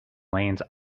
lanes